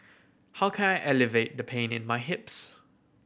how can I alleviate the pain in my hips